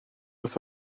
wrth